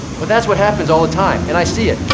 but that's what happens all the time, and i see it.